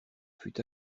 fut